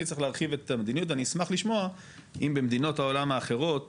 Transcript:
צריך להרחיב את המדיניות אני אשמח לשמוע אם במדינות העולם האחרות